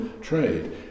trade